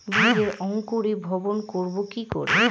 বীজের অঙ্কোরি ভবন করব কিকরে?